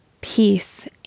peace